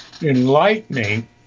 enlightening